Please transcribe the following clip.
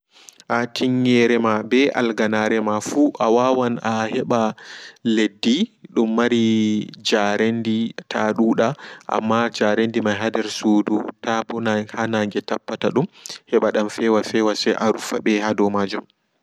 Tinyere ma be alganarefu awawan a heɓa leddi dummari jaarendi ta duda amma jarendi mai aheɓa susu ta tawona ha nange tappata dum heɓa dan fewa fewa se adan rufadum heɓa dan fewa fewa.